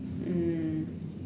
mm